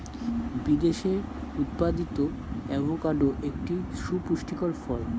বিদেশে উৎপাদিত অ্যাভোকাডো একটি সুপুষ্টিকর ফল